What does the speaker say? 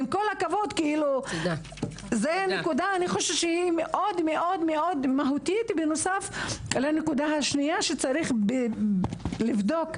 זו נקודה מאוד מהותית בנוסף לנקודה הראשונה שמצריכה בדיקה,